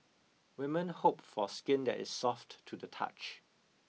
women hope for skin that is soft to the touch